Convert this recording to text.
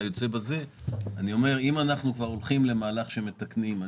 אם אנחנו כבר הולכים למהלך שמתקנים,